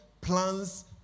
plans